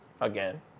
Again